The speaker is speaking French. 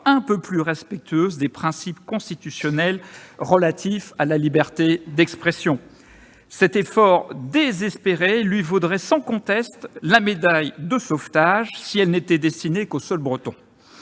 un peu plus respectueuse des principes constitutionnels relatifs à la liberté d'expression. Cet effort désespéré lui vaudrait sans conteste la médaille de sauvetage, si elle n'était destinée qu'aux seuls Bretons.